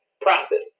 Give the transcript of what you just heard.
profit